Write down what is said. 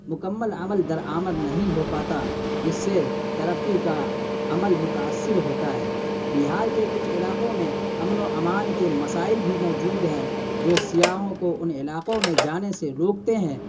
مکمل عمل درد آمد نہیں ہو پاتا جس سے ترقی کا عمل متاثر ہوتا ہے بہار کے کچھ علاقوں میں امن و امان کے مسائل بھی موجود ہیں جو سیاحوں کو ان علاقوں میں جانے سے روکتے ہیں